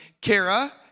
kara